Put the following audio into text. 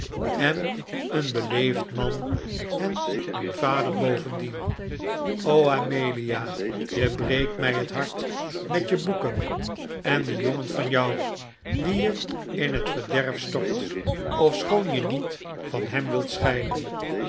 en een beleefd man en een vader bovendien o amelia je breekt mij het hart met je boeken en dien jongen van jou dien je in het verderf stort ofschoon je niet van hem wilt scheiden